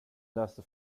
läste